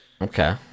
Okay